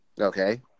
Okay